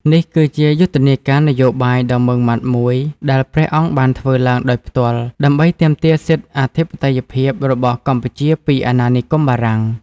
នេះគឺជាយុទ្ធនាការនយោបាយដ៏ម៉ឺងម៉ាត់មួយ ដែលព្រះអង្គបានធ្វើឡើងដោយផ្ទាល់ ដើម្បីទាមទារសិទ្ធិអធិបតេយ្យភាពរបស់កម្ពុជាពីអាណានិគមបារាំង។